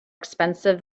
expensive